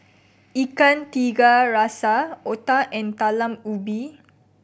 Ikan Tiga Rasa otah and Talam Ubi